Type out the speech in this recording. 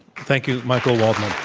thank you, michael waldman.